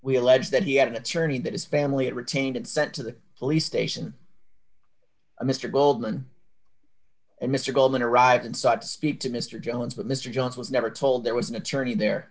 we allege that he had an attorney that his family had retained and sent to the police station mr goldman and mr goldman arrived inside to speak to mr jones but mr jones was never told there was an attorney there